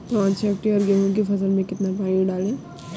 पाँच हेक्टेयर गेहूँ की फसल में कितना पानी डालें?